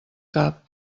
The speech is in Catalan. cap